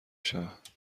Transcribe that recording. شوند